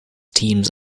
teams